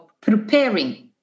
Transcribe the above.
preparing